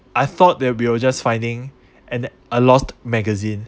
I thought they will be just finding an a lost magazine